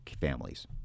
families